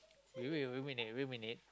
we wait a minute wait a minute wait a minute